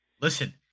listen